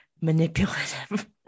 manipulative